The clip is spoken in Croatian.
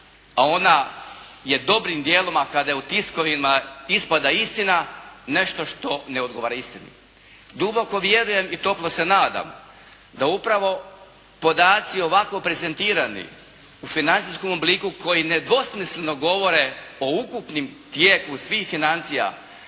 a ona je dobrim djelom a kada je u tiskovinama ispada istina nešto što ne odgovara istini. Duboko vjerujem i toplo se nadam da upravo podaci ovako prezentirani u financijskom obliku koji nedvosmisleno govore o ukupnom tijeku svih financija